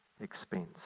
expense